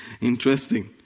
Interesting